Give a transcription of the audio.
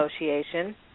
Association